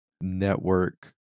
network